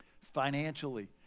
Financially